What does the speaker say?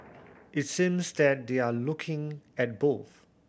it seems that they're looking at both